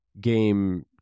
game